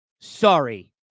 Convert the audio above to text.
Sorry